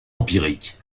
empirique